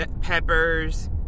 peppers